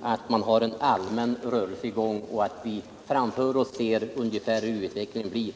att man har en allmän prisrörelse i gång och att vi framför oss ser hur utvecklingen blir.